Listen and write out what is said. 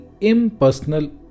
impersonal